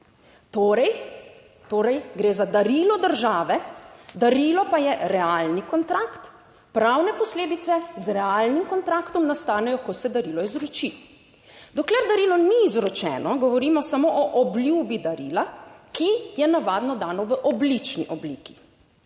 torej gre za darilo države, darilo pa je realni kontrakt, pravne posledice z realnim kontraktom nastanejo, ko se darilo izroči. Dokler darilo ni izročeno, govorimo samo o obljubi darila, ki je navadno dano v oblični obliki.